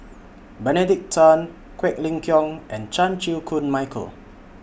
Benedict Tan Quek Ling Kiong and Chan Chew Koon Michael